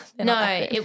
No